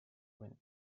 wind